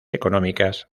económicas